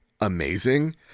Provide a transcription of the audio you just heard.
amazing